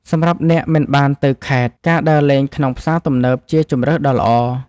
សម្រាប់អ្នកមិនបានទៅខេត្ត ការដើរលេងក្នុងផ្សារទំនើបជាជម្រើសដ៏ល្អ។